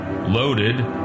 loaded